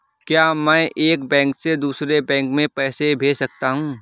क्या मैं एक बैंक से दूसरे बैंक में पैसे भेज सकता हूँ?